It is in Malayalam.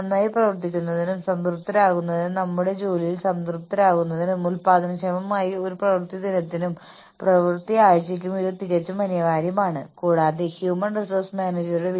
അതിനാൽ ഓർഗനൈസേഷന്റെ തന്ത്രപരമായ ലക്ഷ്യങ്ങൾ കൈവരിക്കുന്നതിന് പ്രക്രിയകളുടെ ഉടമസ്ഥാവകാശം അത്യന്താപേക്ഷിതമായ ഒരു ഘടകമാണ് അതുകൊണ്ടാണ് മുതിർന്ന എക്സിക്യൂട്ടീവുകൾക്ക് ദീർഘകാല പ്രോത്സാഹനത്തിനായി ഞങ്ങൾക്ക് ദീർഘകാല ലക്ഷ്യങ്ങൾ ഉള്ളത്